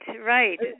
right